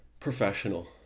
professional